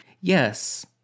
Yes